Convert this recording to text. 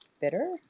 bitter